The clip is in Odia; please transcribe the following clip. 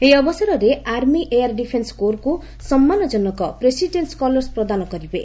ଏହି ଅବସରରେ ଆର୍ମି ଏୟାର୍ ଡିଫେନ୍ କୋର୍କୁ ସମ୍ମାନଜନକ ପ୍ରେସିଡେନ୍ କଲର୍ସ ପ୍ରଦାନ କରିବେ